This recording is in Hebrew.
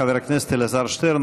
חבר הכנסת אלעזר שטרן,